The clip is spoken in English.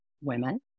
women